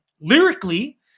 Lyrically